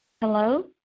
Hello